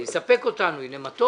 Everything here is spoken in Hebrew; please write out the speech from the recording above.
יספק אותנו הנה מה טוב.